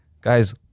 Guys